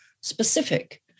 specific